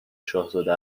شاهزاده